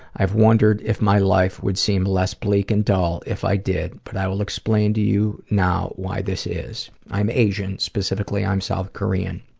i've wondered if my life would seem less bleak and dull if i did, but i will explain to you now why this is. i'm asian. specifically, i'm south korean.